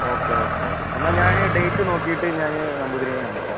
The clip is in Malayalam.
ഓക്കെ ഓക്കെ ഓക്കെ എന്നാൽ ഞാൻ ഡേറ്റ് നോക്കിയിട്ട് ഞാൻ നമ്പൂതിരീനെ ഞാൻ വിളിക്കാം